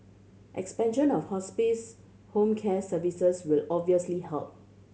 expansion of hospice home care services will obviously help